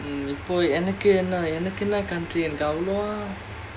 mm இப்போ எனக்கு என்ன எனக்கு என்ன:ippo enakku enna enakku enna country எனக்கு அவ்ளோவா:enakku avlovaa